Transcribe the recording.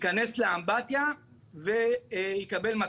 יאפשר יעילות,